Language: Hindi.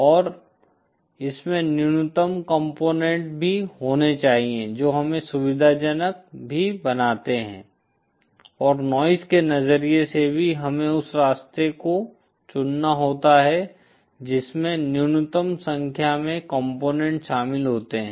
और इसमें न्यूनतम कॉम्पोनेन्ट भी होने चाहिए जो हमें सुविधाजनक भी बनाते हैं और नॉइज़ के नजरिए से भी हमें उस रास्ते को चुनना होता है जिसमें न्यूनतम संख्या में कॉम्पोनेन्ट शामिल होते हैं